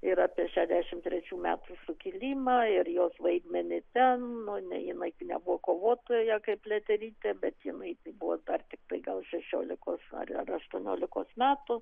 ir apie šešiasdešimt trečių metų sukilimą ir jos vaidmenį ten nu ne jinai gi nebuvo kovotoja kaip pliaterytė bet jinai gi buvo dar tiktai gal šešiolikos ar ar aštuoniolikos metų